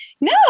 no